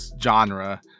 genre